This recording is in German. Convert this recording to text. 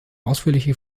ausführliche